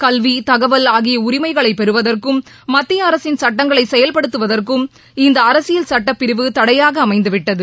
கல்வி தகவல் ஆகிய உரிமைகளை பெறுவதற்கும் மத்திய அரசின் சுட்டங்களை செயல்படுத்துவதற்கும் இந்த அரசியல் சட்டப் பிரிவு தடையாக அமைந்து விட்டது